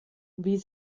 wie